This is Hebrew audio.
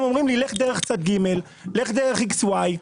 הם אומרים לי לך דרך צד ג', לך דרך איקס או וואי.